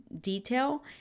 detail